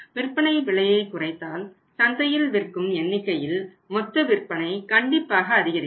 விற்பனை விலையை குறைத்தால் சந்தையில் விற்கும் எண்ணிக்கையில் மொத்த விற்பனை கண்டிப்பாக அதிகரிக்கும்